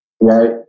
Right